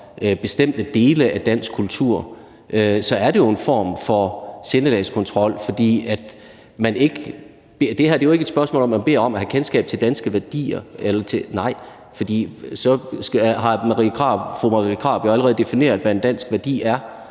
bestemte dele af dansk kultur, så er det jo en form for sindelagskontrol, for det her er jo ikke et spørgsmål om, at man beder folk om at have kendskab til danske værdier, nej, for så har fru Marie Krarup jo allerede defineret, hvad en dansk værdi er,